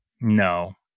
No